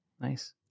Nice